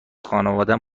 خانوادم